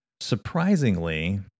surprisingly